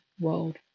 world